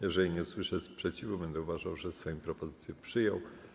Jeżeli nie usłyszę sprzeciwu, będę uważał, że Sejm propozycję przyjął.